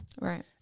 Right